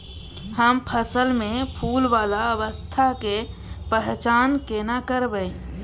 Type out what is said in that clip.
हम फसल में फुल वाला अवस्था के पहचान केना करबै?